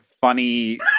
funny